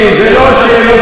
אתה לא עונה.